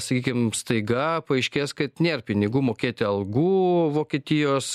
sakykim staiga paaiškės kad nėr pinigų mokėti algų vokietijos